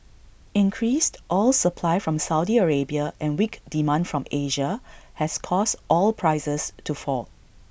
increased oil supply from Saudi Arabia and weak demand from Asia has caused oil prices to fall